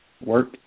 Work